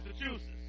Massachusetts